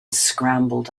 scrambled